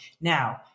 Now